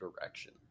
direction